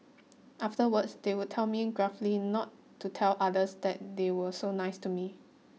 afterwards they would tell me gruffly not to tell others that they were so nice to me